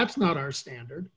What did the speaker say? that's not our standard